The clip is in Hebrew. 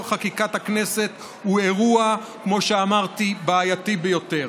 על חקיקת הכנסת הוא אירוע בעייתי ביותר,